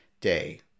Day